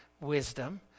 wisdom